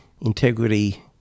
integrity